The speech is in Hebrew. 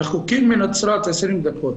רחוקים מנצרת 20 דקות,